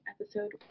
episode